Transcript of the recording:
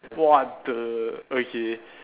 what the okay